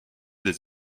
des